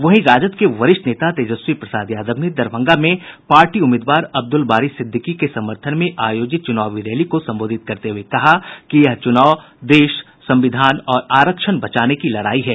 वहीं राजद के वरिष्ठ नेता तेजसी प्रसाद यादव ने दरभंगा में पार्टी उम्मीदवार अब्दुल बारी सिद्दिकी के समर्थन में आयोजित चुनावी रैली को संबोधित करते हुए कहा कि यह चुनाव देश संविधान और आरक्षण बचाने की लड़ाई है